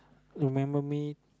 remember me